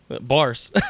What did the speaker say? bars